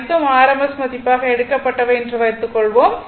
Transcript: அனைத்தும் rms மதிப்பாக எடுக்கப்பட்டவை என்று வைத்துக்கொள்வோம்